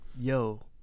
yo